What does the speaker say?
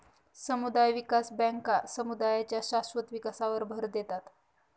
समुदाय विकास बँका समुदायांच्या शाश्वत विकासावर भर देतात